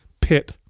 Pit